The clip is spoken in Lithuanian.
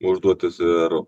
užduotis ir